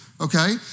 okay